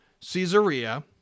Caesarea